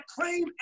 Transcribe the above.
claim